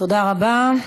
תודה רבה.